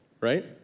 right